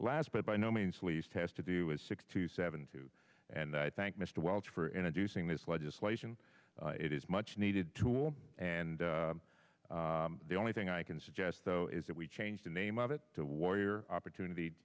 last but by no means least has to do is six to seven to and i thank mr welch for i do sing this legislation it is much needed tool and the only thing i can suggest though is that we change the name of it to warrior opportunity